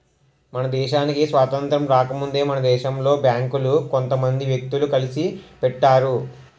మన దేశానికి స్వాతంత్రం రాకముందే మన దేశంలో బేంకులు కొంత మంది వ్యక్తులు కలిసి పెట్టారు